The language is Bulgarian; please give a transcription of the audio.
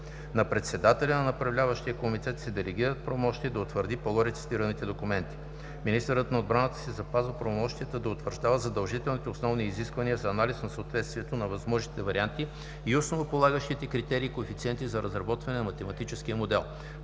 На председателя на Направляващия комитет се делегират правомощия да утвърди по-горе цитираните документи. Министърът на отбраната си запазва правомощията да утвърждава Задължителните основни изисквания за анализ на съответствието на възможните варианти и Основополагащите критерии и коефициенти за разработването на Математическия модел.